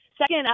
Second